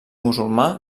musulmà